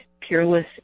Peerless